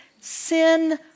sin